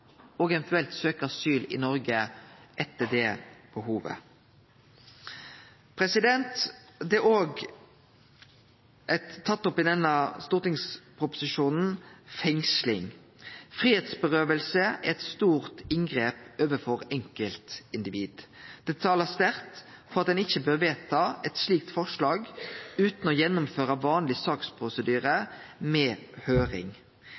og eventuelt søkjer asyl i Noreg etter det behovet? Fengsling er også tatt opp i denne stortingsproposisjonen. Fridomstap er eit stort inngrep overfor enkeltindivid. Det taler sterkt for at ein ikkje bør vedta eit slikt forslag utan å gjennomføre vanleg saksprosedyre med høyring.